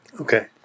Okay